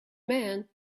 man